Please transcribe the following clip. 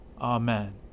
Amen